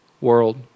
world